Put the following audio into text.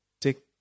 Tick